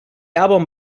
album